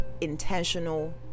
intentional